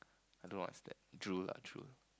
I don't know what's that drool lah drool